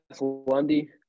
Lundy